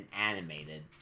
animated